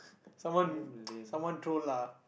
damn lame